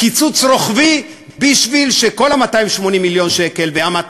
קיצוץ רוחבי בשביל שכל ה-280 מיליון שקל וה-200